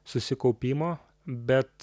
susikaupimo bet